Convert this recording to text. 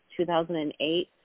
2008